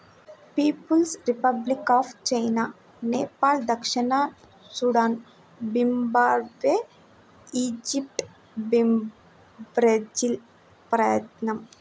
peoples republic of China, Nepal దక్షిణ Sudan, Zimbabwe, Egypt, Brazil, Vietnam